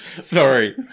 Sorry